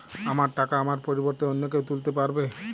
আমার টাকা আমার পরিবর্তে অন্য কেউ তুলতে পারবে?